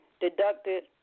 deducted